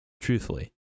Truthfully